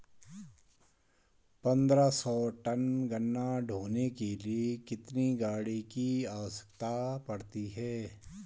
पन्द्रह सौ टन गन्ना ढोने के लिए कितनी गाड़ी की आवश्यकता पड़ती है?